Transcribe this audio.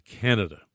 Canada